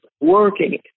working